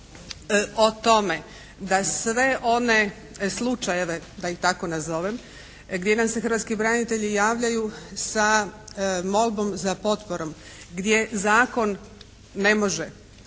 o tome da sve one slučajeve da ih tako nazovem gdje nam se hrvatski branitelji javljaju sa molbom za potporom gdje zakon ne može,